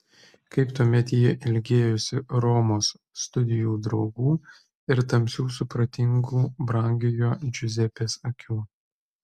kaip tuomet ji ilgėjosi romos studijų draugų ir tamsių supratingų brangiojo džiuzepės akių